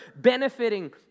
benefiting